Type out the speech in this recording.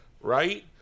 right